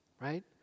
right